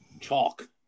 chalk